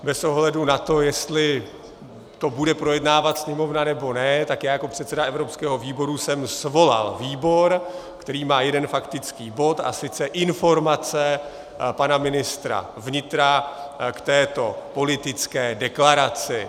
Bez ohledu na to, jestli to bude projednávat Sněmovna, nebo ne, tak já jako předseda evropského výboru jsem svolal výbor, který má jeden faktický bod, a sice informace pana ministra vnitra k této politické deklaraci.